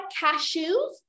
Cashews